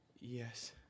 Yes